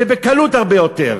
ובקלות הרבה יותר.